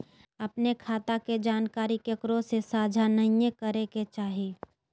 अपने खता के जानकारी केकरो से साझा नयय करे के चाही